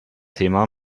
thema